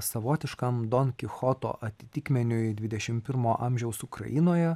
savotiškam donkichoto atitikmeniui dvidešim pirmo amžiaus ukrainoje